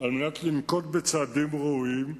כדי לנקוט צעדים ברורים,